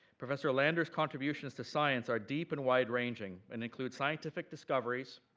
professor lander's contributions to science are deep and wide ranging, and include scientific discoveries,